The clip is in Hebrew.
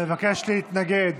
מבקש להתנגד